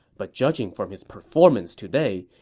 but judging from his performance today,